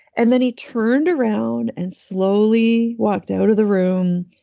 and then he turned around and slowly walked out of the room.